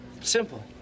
Simple